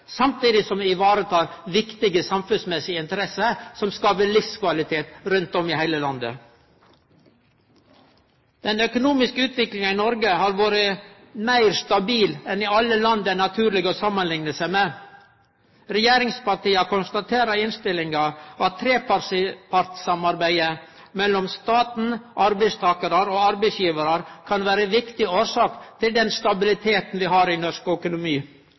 samtidig som vi tek vare på viktige samfunnsmessige interesser som skapar livskvalitet rundt om i heile landet. Den økonomiske utviklinga i Noreg har vore meir stabil enn i alle land det er naturleg å samanlikne seg med. Regjeringspartia konstaterer i innstillinga at trepartssamarbeidet mellom staten, arbeidstakarane og arbeidsgivarane kan vere ei viktig årsak til den stabiliteten vi har i norsk økonomi.